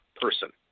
person